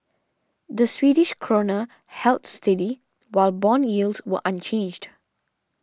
the Swedish Krona held steady while bond yields were unchanged